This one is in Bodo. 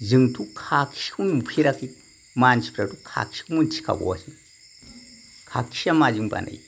जोंथ' खाखिखौ नुफेराखै मानसिफ्राथ' खाखिखौ मोन्थिखाबावासो खाखिया माजों बानायो